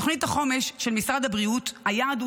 בתוכנית החומש של משרד הבריאות היעד הוא